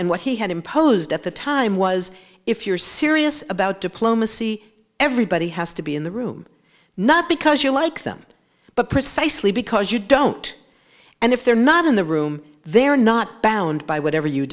and what he had imposed at the time was if you're serious about diplomacy everybody has to be in the room not because you like them but precisely because you don't and if they're not in the room they're not bound by whatever you